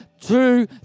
two